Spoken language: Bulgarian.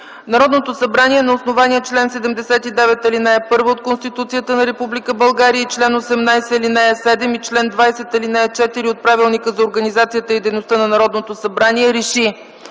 Народното събрание на основание чл. 79, ал. 1 от Конституцията на Република България и чл. 18, ал. 7 и чл. 20, ал. 4 от Правилника за организацията и дейността на Народното събрание РЕШИ: